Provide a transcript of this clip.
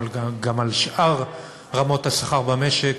אלא גם על שאר רמות השכר במשק,